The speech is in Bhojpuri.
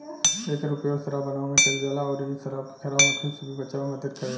एकर उपयोग शराब बनावे में कईल जाला अउरी इ शराब के खराब होखे से भी बचावे में मदद करेला